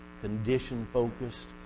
condition-focused